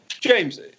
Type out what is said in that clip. James